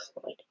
Floyd